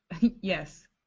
Yes